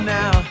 now